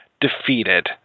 defeated